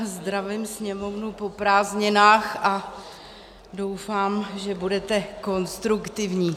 Zdravím Sněmovnu po prázdninách a doufám, že budete konstruktivní.